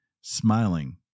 smiling